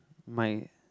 my